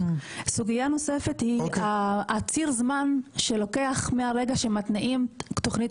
סוגיה נוספת היא ציר הזמן שלוקח מהרגע שמתניעים תוכנית